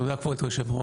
תודה כבוד היושב-ראש.